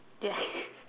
yes